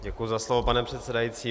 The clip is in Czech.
Děkuji za slovo, pane předsedající.